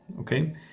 Okay